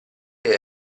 che